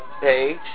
page